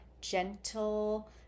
gentle